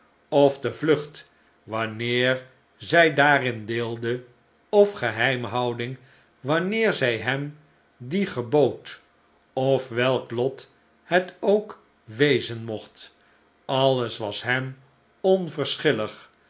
of de vlucht wanneer zij daarin deelde ofgeheimhouding wanneer zij hem die gebood of welk lot het ook wezen mocht alles was hem